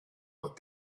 but